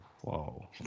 Whoa